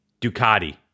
Ducati